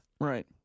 Right